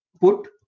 put